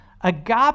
Agape